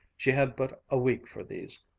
she had but a week for these,